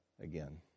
again